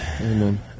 Amen